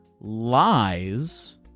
lies